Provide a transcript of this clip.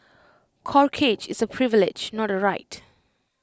corkage is A privilege not A right